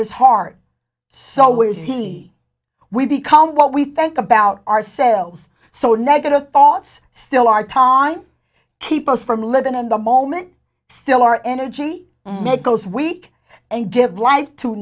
his heart so was he we become what we think about ourselves so negative thoughts still our time keep us from lebanon the moment still our energy goes weak and give life to